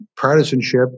partisanship